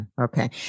Okay